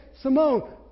Simone